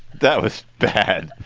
that was bad.